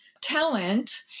talent